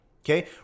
Okay